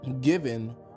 Given